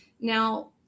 now